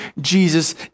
Jesus